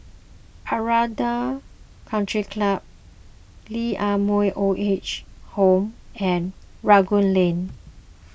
Aranda Country Club Lee Ah Mooi Old Age Home and Rangoon Lane